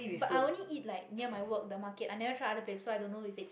but i only eat like near my work the market i never try other place so i don't know if it's